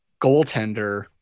goaltender